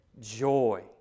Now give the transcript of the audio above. joy